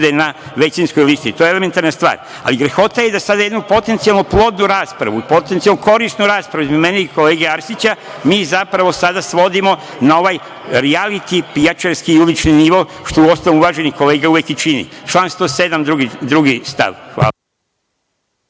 na većinskoj listi. To je elementarna stvar. Ali, grehota je da sad jednu potencijalno plodnu raspravu, potencijalno korisnu raspravu između mene i kolege Arsića mi zapravo sada svodimo na ovaj rijaliti, pijačarski, ulični nivo, što uostalom uvaženi kolega i čini. Član 107 stav 2. Hvala.